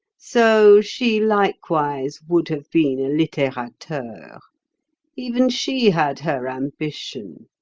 so she likewise would have been a litterateure. even she had her ambition,